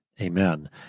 Amen